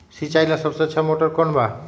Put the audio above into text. सिंचाई ला सबसे अच्छा मोटर कौन बा?